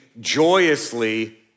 joyously